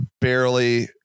barely